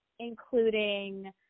Including